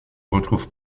retrouve